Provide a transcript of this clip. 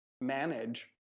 manage